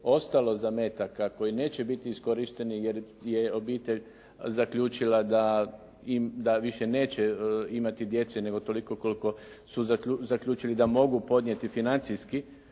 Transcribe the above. ostalo zametaka koji neće biti iskorišteni jer je obitelj zaključila da im, da više neće imati djece nego toliko koliko su zaključili da mogu podnijeti financijski